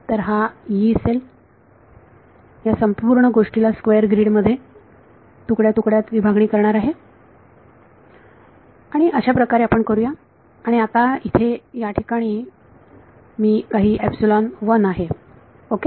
तर ही यी सेल या संपूर्ण गोष्टीला स्क्वेअर ग्रीड मध्ये तुकड्या तुकड्यात विभागणी करणार आहे अशाप्रकारे आपण करू आणि आता इथे या ठिकाणी याच्यासाठी काही एपसिलोन 1 आहे ओके